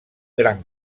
gran